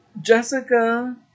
Jessica